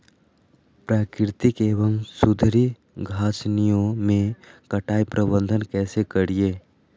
प्राकृतिक एवं सुधरी घासनियों में कटाई प्रबन्ध कैसे करीये?